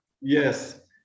yes